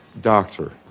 doctor